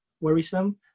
worrisome